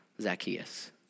Zacchaeus